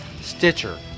Stitcher